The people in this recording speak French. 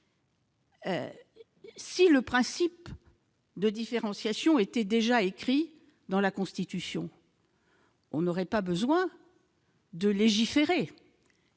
si le principe de différenciation était déjà inscrit dans la Constitution, nous n'aurions pas besoin de légiférer.